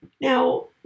Now